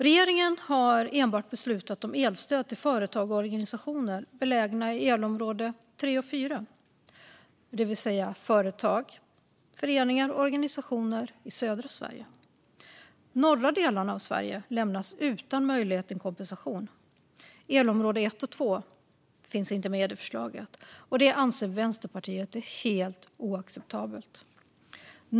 Regeringen har enbart beslutat om elstöd till företag och organisationer belägna i elområde 3 och 4, det vill säga företag, föreningar och organisationer i södra Sverige. Norra delarna av Sverige lämnas utan möjlighet till kompensation. Elområde 1 och 2 finns inte med i förslaget. Det anser Vänsterpartiet är helt oacceptabelt.